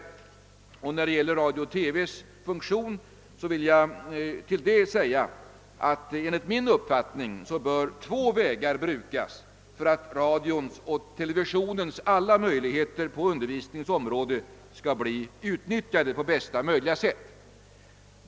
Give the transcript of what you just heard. När det gäller radions och televisionens funktion vill jag säga, att enligt min uppfattning två vägar bör brukas för att radions och televisionens alla möjligheter på undervisningens område skall bli utnyttjade på bästa möjliga sätt.